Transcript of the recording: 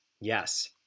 Yes